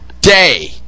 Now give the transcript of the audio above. day